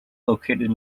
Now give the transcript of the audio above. located